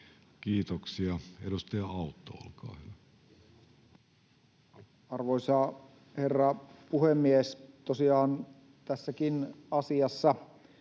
Kiitoksia. — Edustaja Autto, olkaa hyvä. Arvoisa herra puhemies! Tosiaan tässäkin asiassa